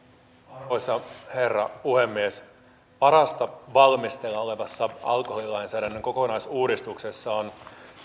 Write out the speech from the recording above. arvoisa herra puhemies parasta valmisteilla olevassa alkoholilainsäädännön kokonaisuudistuksessa on